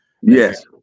Yes